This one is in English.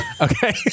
Okay